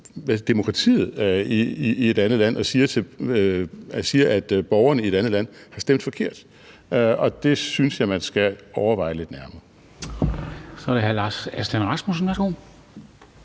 demokratiet i et andet land og siger, at borgerne i et andet land har stemt forkert. Og det synes jeg man skal overveje lidt nærmere. Kl. 19:50 Formanden